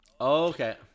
Okay